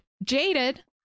jaded